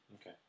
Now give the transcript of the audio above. Okay